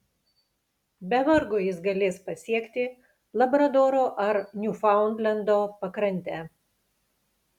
be vargo jis galės pasiekti labradoro ar niufaundlendo pakrantę